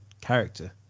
character